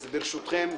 אז, ברשותכם,